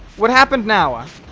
what happened now